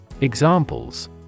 Examples